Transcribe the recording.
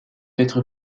être